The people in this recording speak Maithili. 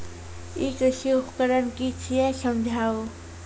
ई कृषि उपकरण कि छियै समझाऊ?